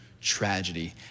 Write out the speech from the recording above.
tragedy